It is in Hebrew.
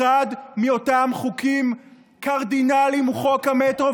אחד מאותם חוקים קרדינליים הוא חוק המטרו,